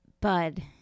bud